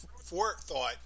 forethought